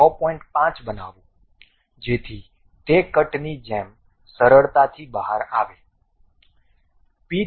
5 બનાવો જેથી તે કટની જેમ સરળતાથી બહાર આવે